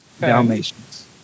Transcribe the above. Dalmatians